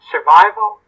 Survival